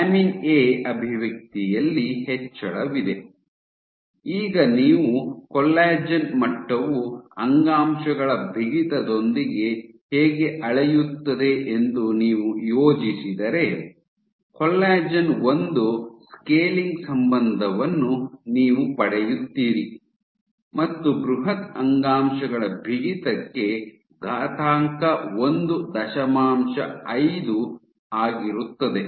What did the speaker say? lamin A ಅಭಿವ್ಯಕ್ತಿಯಲ್ಲಿ ಹೆಚ್ಚಳವಿದೆ ಈಗ ನೀವು ಕೊಲ್ಲಾಜೆನ್ ಮಟ್ಟವು ಅಂಗಾಂಶಗಳ ಬಿಗಿತದೊಂದಿಗೆ ಹೇಗೆ ಅಳೆಯುತ್ತದೆ ಎಂದು ನೀವು ಯೋಜಿಸಿದರೆ ಕೊಲ್ಲಾಜೆನ್ ಒಂದು ಸ್ಕೇಲಿಂಗ್ ಸಂಬಂಧವನ್ನು ನೀವು ಪಡೆಯುತ್ತೀರಿ ಮತ್ತು ಬೃಹತ್ ಅಂಗಾಂಶಗಳ ಬಿಗಿತಕ್ಕೆ ಘಾತಾಂಕ ಒಂದು ದಶಮಾಂಶ ಐದು ಆಗಿರುತ್ತದೆ